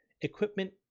equipment